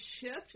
shift